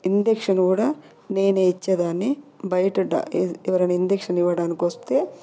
injection కూడా నేనే ఇచ్చేదాన్ని బయట ఎవరైనా ఇంజక్షన్ ఇవ్వడానికి వస్తే